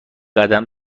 قدم